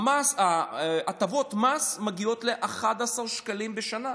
12 הטבות המס מגיעות ל-11,000 שקלים בשנה.